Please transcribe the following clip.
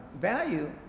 value